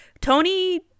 Tony